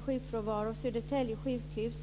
sjukfrånvaron. Vidare gäller det Södertälje sjukhus.